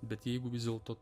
bet jeigu vis dėlto